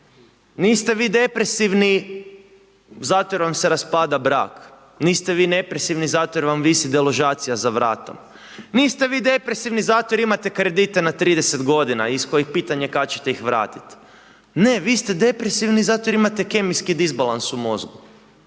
Niste vi depresivni zato jer vam se raspada brak, niste vi depresivni zato jer vam visi deložacija za vratom, niste vi depresivni zato jer imate kredite 30 g. iz koje je pitanje kada ćete ih vratiti. Ne vi ste depresivni zato jer imate kemijski disbalans u mozgu.